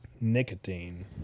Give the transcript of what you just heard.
Nicotine